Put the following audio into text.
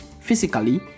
physically